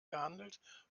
gehandelt